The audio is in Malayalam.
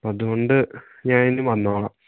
അതുകൊണ്ട് ഞാനിനി വന്നുകൊള്ളാം